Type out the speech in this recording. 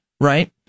right